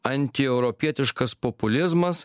antieuropietiškas populizmas